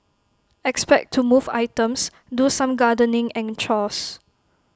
expect to move items do some gardening and chores